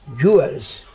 jewels